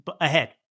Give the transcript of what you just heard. ahead